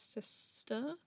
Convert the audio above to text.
sister